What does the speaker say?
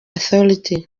authority